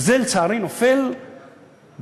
וזה, לצערי, נופל בשוליים.